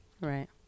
Right